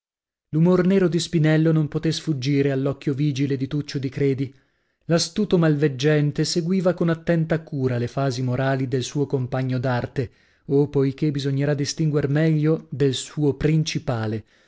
l'umor nero di spinello non potè sfuggire all'occhio vigile di tuccio di credi l'astuto malveggente seguiva con attenta cura le fasi morali del suo compagno d'arte o poichè bisognerà distinguer meglio del suo principale